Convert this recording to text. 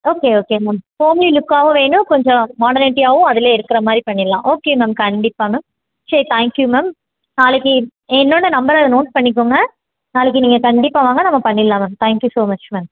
okay okay ma'am homely லுக்காகவும் வேணும் கொஞ்சம் மாடனிட்டியாகவும் அதிலே இருக்கிற மாதிரி பண்ணிடலாம் ஓகே மேம் கண்டிப்பாக மேம் சரி தேங்க் யூ மேம் நாளைக்கு என்னோடய நம்பரை நோட் பண்ணிக்கோங்க நாளைக்கு நீங்கள் கண்டிப்பாக வாங்க நம்ம பண்ணிடலாம் ma'am thank you so much ma'am